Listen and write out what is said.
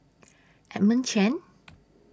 Edmund Chen